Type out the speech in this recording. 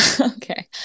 okay